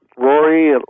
Rory